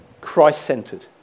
christ-centered